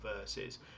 verses